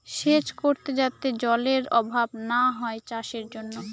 সেচ করে যাতে জলেরর অভাব না হয় চাষের জন্য